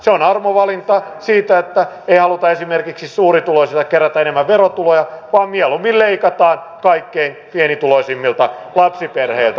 se on arvovalinta siinä että ei haluta esimerkiksi suurituloisilta kerätä enemmän verotuloja vaan mieluummin leikataan kaikkein pienituloisimmilta lapsiperheiltä